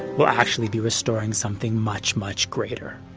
we'll actually be restoring something much much greater